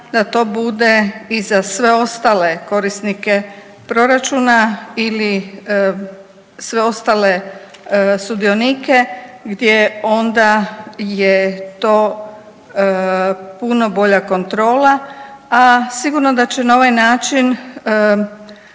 da to bude i za sve ostale korisnike proračuna ili sve ostale sudionike gdje onda je to puno bolja kontrola, a sigurno da će na ovaj način